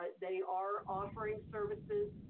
ah they are offering services,